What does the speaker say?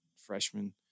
freshman